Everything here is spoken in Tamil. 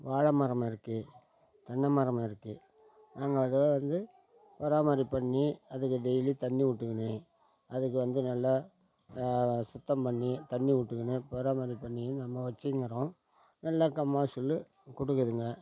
வாழைமரம் இருக்குது தென்னை மரம் இருக்குது நாங்கள் அதை வந்து பராமரிப்பு பண்ணி அதுக்கு டெய்லி தண்ணி விட்டுகின்னு அதுக்கு வந்து நல்லா சுத்தம் பண்ணி தண்ணி விட்டுகின்னு பராமரிப்பு பண்ணிகின்னு நம்ம வெச்சிக்கின்னுக்கிறோம் நல்லா மகசூல் கொடுக்குதுங்க